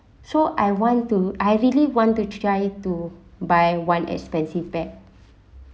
so I want to I really want to try to buy one expensive bag